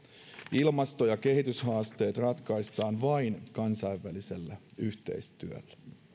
ilmasto ja kehityshaasteet ratkaistaan vain kansainvälisellä yhteistyöllä